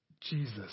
Jesus